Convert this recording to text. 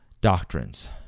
doctrines